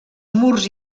murs